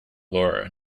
lara